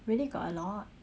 really got a lot